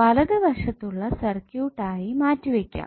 വലതുവശത്തുള്ള സർക്യൂട്ട് ആയിട്ട് മാറ്റിവയ്ക്കാം